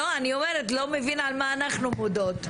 אני אומרת לא מבין על מה אנחנו מודות.